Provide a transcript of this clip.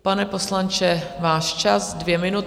Pane poslanče, váš čas, dvě minuty.